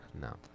no